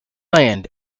land